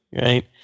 right